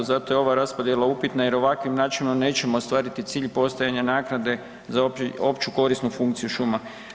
Zato je ova raspodjela upitna jer ovakvim načinom nećemo ostvariti cilj postojanja naknade za opće, opću korisnu funkciju šuma.